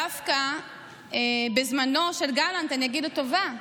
דווקא בזמנו של גלנט, אני אגיד לטובה,